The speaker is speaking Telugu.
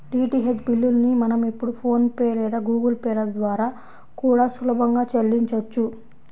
డీటీహెచ్ బిల్లుల్ని మనం ఇప్పుడు ఫోన్ పే లేదా గుగుల్ పే ల ద్వారా కూడా సులభంగా చెల్లించొచ్చు